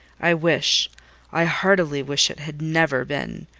i wish i heartily wish it had never been.